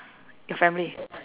your family